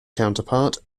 counterpart